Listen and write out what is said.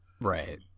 Right